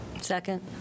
Second